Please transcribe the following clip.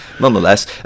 nonetheless